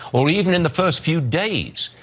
well, even in the first few days,